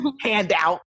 handout